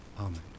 amen